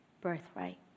birthright